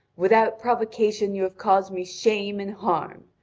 without provocation you have caused me shame and harm.